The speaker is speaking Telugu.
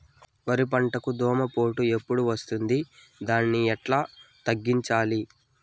వరి పంటకు దోమపోటు ఎప్పుడు వస్తుంది దాన్ని ఎట్లా తగ్గించాలి?